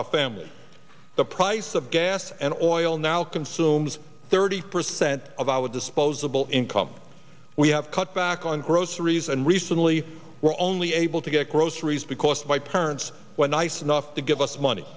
our family the price of gas and oil now consumes thirty percent of our disposable income we have cut back on groceries and recently were only able to get groceries because my parents were nice enough to give us money